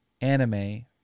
anime